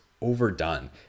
overdone